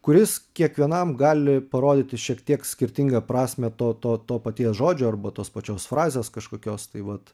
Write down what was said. kuris kiekvienam gali parodyti šiek tiek skirtingą prasmę to to to paties žodžio arba tos pačios frazės kažkokios tai vat